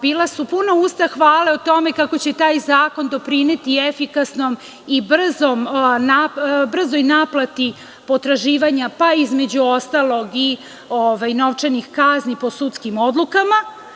Bila su puna usta hvale o tome kako će taj zakon doprineti efikasnoj i brzoj naplati potraživanja, pa između ostalog i novčanih kazni po sudskim odlukama.